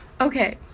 okay